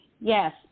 Yes